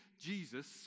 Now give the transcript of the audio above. jesus